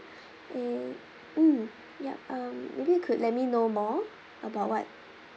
eh mm ya um maybe you could let me know more about what